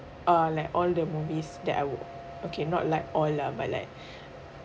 uh like all the movies that I would okay not like alll lah but like